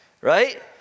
right